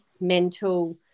mental